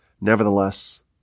Nevertheless